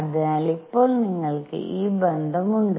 അതിനാൽ ഇപ്പോൾ നിങ്ങൾക്ക് ഈ ബന്ധം ഉണ്ട്